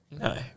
No